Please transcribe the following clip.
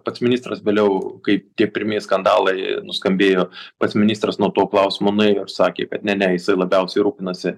pats ministras vėliau kaip tie pirmieji skandalai nuskambėjo pats ministras nuo to klausimo nuėjo ir sakė kad ne ne jisai labiausiai rūpinasi